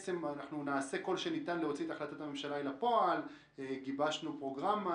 "נעשה כל שניתן להוציא את החלטת הממשלה לפועל"; "גיבשנו פרוגרמה...